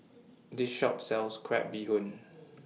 This Shop sells Crab Bee Hoon